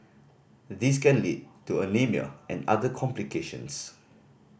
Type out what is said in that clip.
this can lead to anaemia and other complications